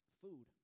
food